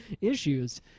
issues